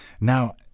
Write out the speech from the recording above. Now